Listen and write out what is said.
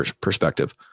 perspective